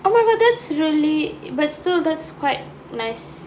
oh my god that's really but still that's quite nice